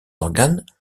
organes